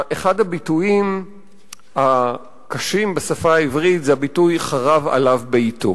אחד הביטויים הקשים בשפה העברית זה הביטוי "חרב עליו ביתו".